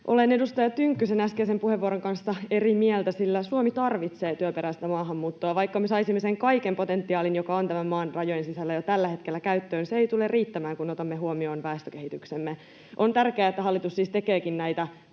Olen edustaja Tynkkysen äskeisen puheenvuoron kanssa eri mieltä, sillä Suomi tarvitsee työperäistä maahanmuuttoa. Vaikka me saisimme käyttöön kaiken sen potentiaalin, joka on tämän maan rajojen sisällä jo tällä hetkellä, se ei tule riittämään, kun otamme huomioon väestökehityksemme. Onkin siis tärkeää, että hallitus tekee näitä